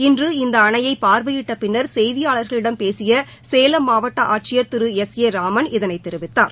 இன்று இந்த அனையை பார்வையிட்டப் பின்னர் செய்தியாளர்களிடம் பேசிய சேலம் மாவட்ட ஆட்சியர் திரு எஸ் ஏ ராமன் இதனைத் தெரிவித்தார்